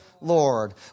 Lord